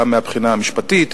גם מהבחינה המשפטית,